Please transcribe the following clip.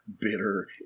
bitter